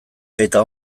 eta